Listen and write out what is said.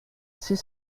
six